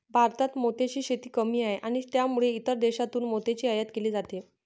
भारतात मोत्यांची शेती कमी आहे आणि त्यामुळे इतर देशांतून मोत्यांची आयात केली जाते